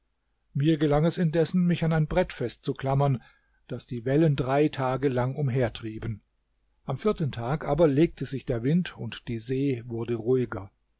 mir gelang es indessen mich an ein brett festzuklammern das die wellen drei tage lang umhertrieben am vierten tag aber legte sich der wind und die see wurde ruhiger